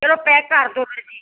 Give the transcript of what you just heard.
ਚਲੋ ਪੈਕ ਕਰ ਦਿਓ ਹਾਂਜੀ